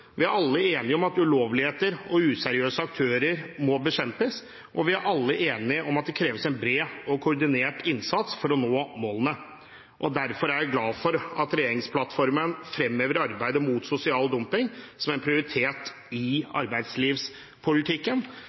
vi er alle enige om at ulovligheter og useriøse aktører må bekjempes, og vi er alle enige om at det kreves en bred og koordinert innsats for å nå målene. Derfor er jeg glad for at regjeringsplattformen fremhever arbeidet mot sosial dumping som en prioritet i arbeidslivspolitikken.